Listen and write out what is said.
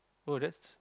oh that's